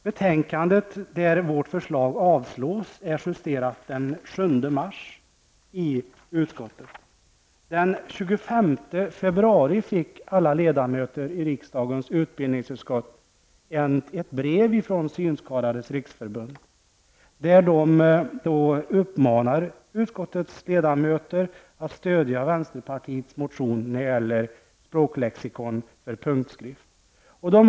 Betänkandet där vårt förslag avstyrks är justerat av utskottet den 7 mars. Den 25 februari fick alla ledamöter i riksdagens utbildningsutskott ett brev från Synskadades riksförbund där förbundet uppmanar utskottets ledamöter att stödja vänsterpartiets motion om språklexikon på punktskrift.